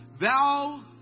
Thou